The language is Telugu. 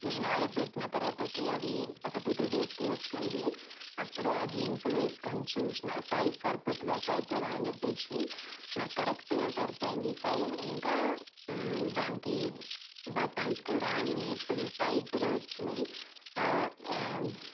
నేను ఆర్డర్ పెట్టిన తర్వాత అది ఒక టూ త్రీ డేస్కి వచ్చింది అప్పుడు ఆ జీన్స్ వేసుకొని చూశాను సైజ్ సరిపోతదా సరిపోదా అని చెప్పేసి నాకు కరెక్ట్గా సరిపోయింది సైజ్ ఇంకా దానికి బటన్స్ కూడా అన్నీ ఫుల్ టైట్గా వచ్చాయి